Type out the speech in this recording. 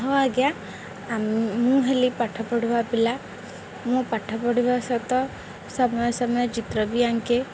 ହଁ ଆଜ୍ଞା ମୁଁ ହେଲି ପାଠ ପଢ଼ିବା ପିଲା ମୁଁ ପାଠ ପଢ଼ିବା ସହିତ ସମୟ ସମୟ ଚିତ୍ର ବି ଆଙ୍କେ